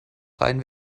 rein